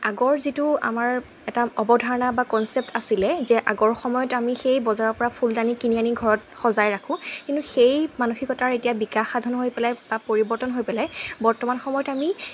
আগৰ যিটো আমাৰ এটা অৱধাৰণা বা কনচেপ্ট আছিলে যে আগৰ সময়ত আমি সেই বজাৰৰ পৰা ফুলদানি কিনি আনি ঘৰত সজাই ৰাখোঁ কিন্তু সেই মানসিকতাৰ এতিয়া বিকাশ সাধন হৈ পেলাই বা পৰিৱৰ্তন হৈ পেলাই বৰ্তমান সময়ত আমি